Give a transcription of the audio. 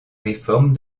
réforme